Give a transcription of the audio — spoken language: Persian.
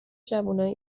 جوونای